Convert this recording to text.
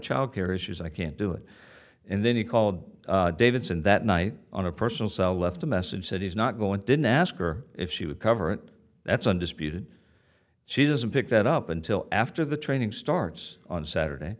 childcare issues i can't do it and then he called davidson that night on a personal cell left a message that he's not going to ask her if she would cover it that's undisputed she doesn't pick that up until after the training starts on saturday